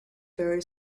very